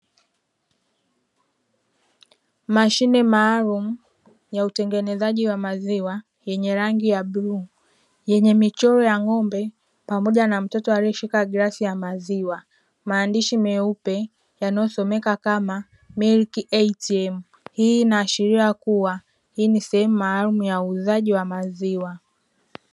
Mashine maalumu ya utnegenezaji wa maziwa yenye rangi ya bluu, yenye michoro pamoja na mtoto aliyeshika glasi ya maziwa, maandishi meupe yanayosomeka kama "milk ATM", hii inaashiria kuwa hii ni sehemu maalumu ya uuzaji wa maziwa.